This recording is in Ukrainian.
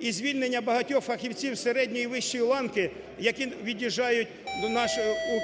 і звільнення багатьох фахівців середньої і вищої ланки, які від'їжджають до